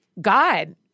God